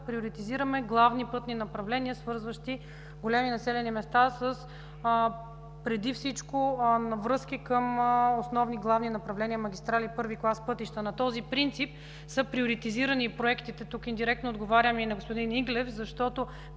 приоритизираме главни пътни направления, свързващи големи населени места преди всичко връзки към основни главни направления – магистрали, първи клас пътища. На този принцип са приоритизирани и проектите. Тук индиректно отговарям и на господин Иглев, защото,